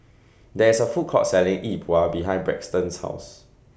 There IS A Food Court Selling Yi Bua behind Braxton's House